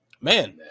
man